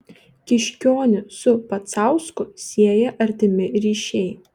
kiškionį su pacausku sieja artimi ryšiai